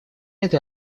этой